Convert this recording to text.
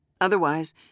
Otherwise